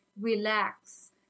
relax